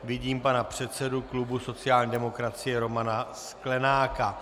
Vidím pana předsedu klubu sociální demokracie Romana Sklenáka.